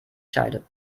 scheide